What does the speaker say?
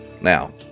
Now